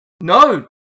No